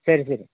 சரி சரி